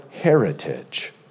heritage